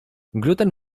gluten